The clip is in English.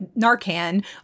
Narcan